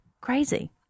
Crazy